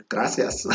Gracias